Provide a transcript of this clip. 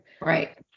Right